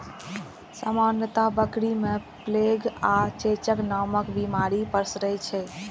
सामान्यतः बकरी मे प्लेग आ चेचक नामक बीमारी पसरै छै